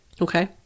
okay